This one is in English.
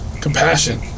Compassion